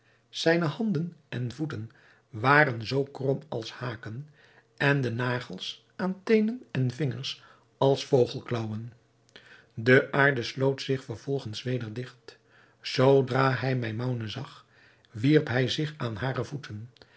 zijne handen en voeten waren zoo krom als haken en de nagels aan teenen en vingers als vogelklaauwen de aarde sloot zich vervolgens weder digt zoodra hij maimoune zag wierp hij zich aan hare voeten